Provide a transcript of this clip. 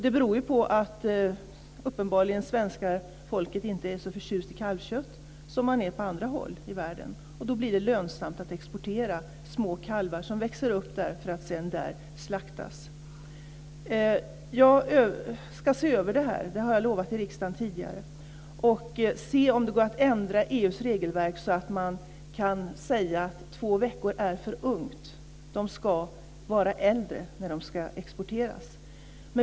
Det beror på att svenska folket uppenbarligen inte är så förtjust i kalvkött som man är på andra håll i världen. Då blir det lönsamt att exportera små kalvar, som sedan växer upp och slaktas. Jag har tidigare lovat riksdagen att se över detta. Jag ska se om det går att ändra EU:s regelverk så att det går att säga att två veckor är för ungt, att de ska vara äldre när de ska exporteras.